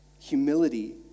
humility